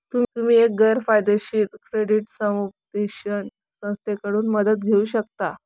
तुम्ही एक गैर फायदेशीर क्रेडिट समुपदेशन संस्थेकडून मदत घेऊ शकता